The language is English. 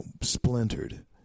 splintered